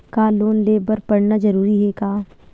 का लोन ले बर पढ़ना जरूरी हे का?